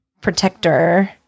protector